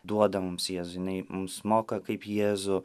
duoda mums jėzų jinai mus moko kaip jėzų